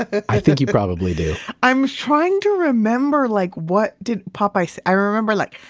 i think you probably do i'm trying to remember, like what did popeye say? i remember like,